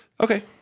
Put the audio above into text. Okay